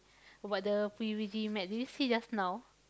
but the P_U_B_G map did you see just now